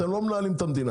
אתם לא מנהלים את המדינה.